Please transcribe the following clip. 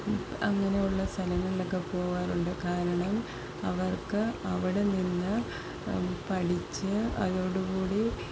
അങ്ങനെയുള്ള സ്ഥലങ്ങളിലൊക്കെ പോകാറുണ്ട് കാരണം അവർക്ക് അവിടെ നിന്ന് പഠിച്ച് അതോട് കൂടി